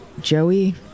Joey